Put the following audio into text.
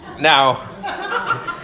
Now